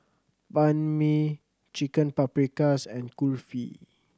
Banh Mi Chicken Paprikas and Kulfi